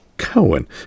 Cohen